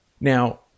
Now